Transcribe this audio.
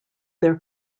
their